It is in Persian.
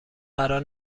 قرار